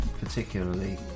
particularly